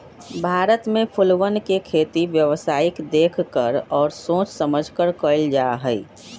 भारत में फूलवन के खेती व्यावसायिक देख कर और सोच समझकर कइल जाहई